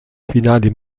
finali